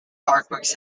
artworks